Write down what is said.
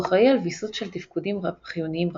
הוא אחראי על ויסות של תפקודים חיוניים רבים.